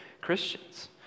Christians